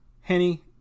Henny